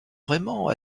vraiment